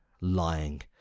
lying